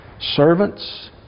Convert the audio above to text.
Servants